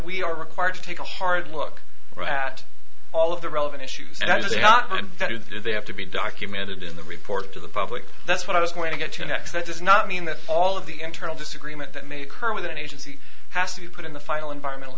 we are required to take a hard look at all of the relevant issues as they are not been vetted they have to be documented in the report to the public that's what i was going to get to next that does not mean that all of the internal disagreement that may occur with an agency has to be put in the final environmental